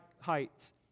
heights